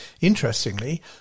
Interestingly